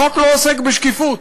החוק לא עוסק בשקיפות,